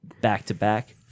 Back-to-back